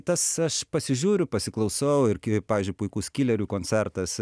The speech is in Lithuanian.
tas aš pasižiūriu pasiklausau ir kaip pavyzdžiui puikus kilerių koncertas